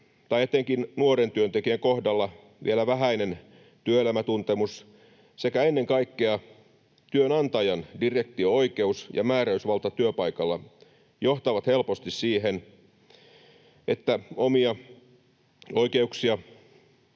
tai etenkin nuoren työntekijän kohdalla vielä vähäinen työelämätuntemus sekä ennen kaikkea työnantajan direktio-oikeus ja määräysvalta työpaikalla johtavat helposti siihen, että omia oikeuksia